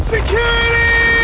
Security